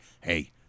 hey